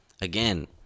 again